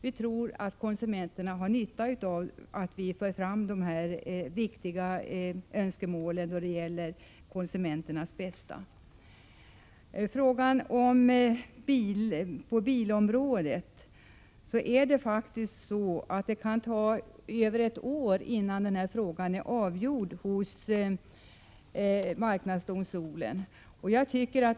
Vi tror att konsumenterna har nytta av att vi för fram dessa viktiga önskemål som gäller konsumenternas bästa. Beträffande frågan om konsumentskydd på bilområdet vill jag säga att det kan ta över ett år innan denna fråga har avgjorts av marknadsdomstolen.